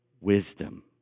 Wisdom